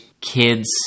kids